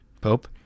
Pope